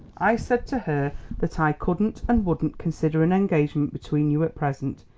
i said to her that i couldn't and wouldn't consider an engagement between you at present.